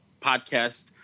podcast